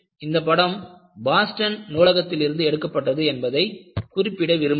இந்த படம் போஸ்டன் நூலகத்திலிருந்து எடுக்கப்பட்டது என்பதை குறிப்பிட விரும்புகிறேன்